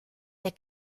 der